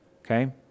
okay